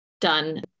Done